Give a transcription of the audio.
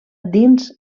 dins